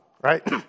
right